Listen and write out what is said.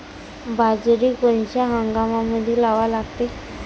बाजरी कोनच्या हंगामामंदी लावा लागते?